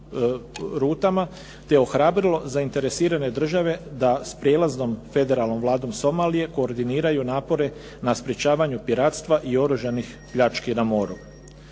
te ohrabrilo zainteresirane države da s prijelaznom Federalnom Vladom Somalije koordiniraju napore na sprečavanju piratstva i oružanih pljački na moru.